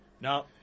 Now